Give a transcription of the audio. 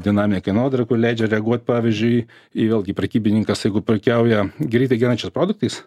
dinaminė kainodara leidžia reaguoti pavyzdžiui vėlgi prekybininkas jeigu prekiauja greitai gendančiais produktais